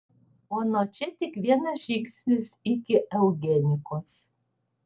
o nuo čia tik vienas žingsnis iki eugenikos